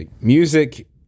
Music